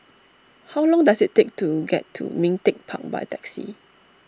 how long does it take to get to Ming Teck Park by taxi